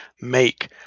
make